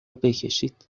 بکشید